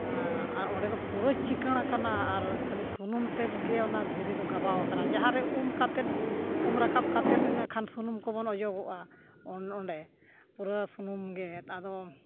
ᱟᱨ ᱚᱸᱰᱮ ᱫᱚ ᱯᱩᱨᱟᱹ ᱪᱤᱠᱟᱹᱬ ᱟᱠᱟᱱᱟ ᱟᱨ ᱠᱷᱟᱹᱞᱤ ᱥᱩᱱᱩᱢ ᱛᱮᱜᱮ ᱚᱱᱟ ᱫᱷᱤᱨᱤ ᱫᱚ ᱜᱟᱵᱟᱣ ᱟᱠᱟᱱᱟ ᱡᱟᱦᱟᱸᱨᱮ ᱩᱢ ᱠᱟᱛᱮ ᱩᱢ ᱨᱟᱠᱟᱵ ᱠᱟᱛᱮ ᱤᱱᱟᱹ ᱠᱷᱟᱱ ᱥᱩᱱᱩᱢ ᱠᱚᱵᱚᱱ ᱚᱡᱚᱜᱚᱜᱼᱟ ᱚᱸᱰᱮ ᱯᱩᱨᱟᱹ ᱥᱩᱱᱩᱢ ᱜᱮ ᱟᱫᱚ